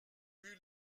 vue